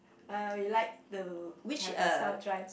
uh we like to have a self drive